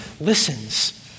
listens